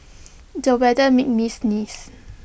the weather made me sneeze